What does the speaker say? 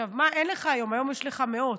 היום יש לך מאות.